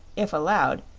if allowed,